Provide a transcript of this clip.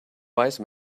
wise